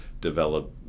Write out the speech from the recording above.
develop